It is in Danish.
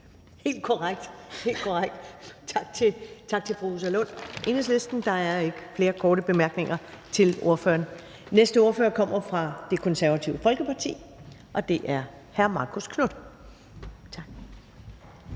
helt korrekt. Tak til fru Rosa Lund, Enhedslisten. Der er ikke flere korte bemærkninger til ordføreren. Den næste ordfører kommer fra Det Konservative Folkeparti, og det er hr. Marcus Knuth.